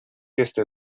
este